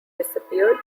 disappeared